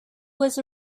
was